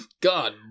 God